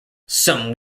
some